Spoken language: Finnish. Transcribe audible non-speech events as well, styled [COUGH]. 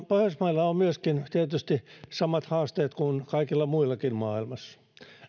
[UNINTELLIGIBLE] pohjoismailla on tietysti samat haasteet kuin kaikilla muillakin maailmassa